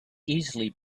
easily